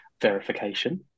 verification